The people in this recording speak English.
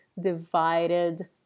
divided